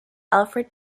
alfred